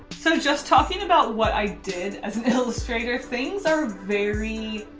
so just talking about what i did as an illustrator, things are very.